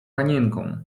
panienką